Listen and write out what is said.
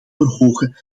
verhogen